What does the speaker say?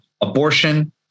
abortion